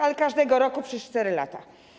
Ale każdego roku przez 4 lata.